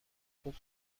خوب